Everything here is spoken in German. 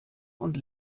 und